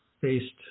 based